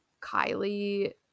Kylie